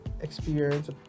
experience